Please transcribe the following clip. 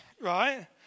right